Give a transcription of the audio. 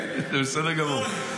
כן, זה בסדר גמור.